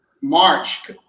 march